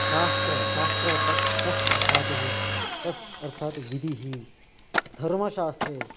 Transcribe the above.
शास्त्रम् शास्त्रार्थात् शस् धातुः शस् अर्थात् विधिः धर्मशास्त्रे